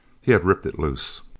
he had ripped it loose.